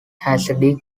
hasidic